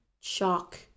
shock